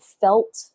felt